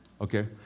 Okay